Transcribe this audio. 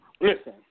listen